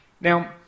Now